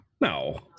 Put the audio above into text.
No